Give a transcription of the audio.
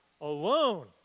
alone